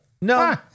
No